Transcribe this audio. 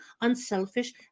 unselfish